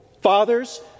Fathers